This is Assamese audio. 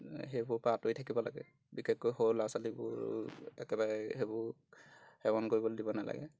সেইবোৰ পৰা আঁতৰি থাকিব লাগে বিশেষকৈ সৰু ল'ৰা ছোৱালীবোৰ একেবাৰে সেইবোৰ সেৱন কৰিবলৈ দিব নালাগে